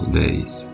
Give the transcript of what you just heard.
days